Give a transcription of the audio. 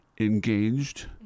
engaged